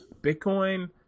Bitcoin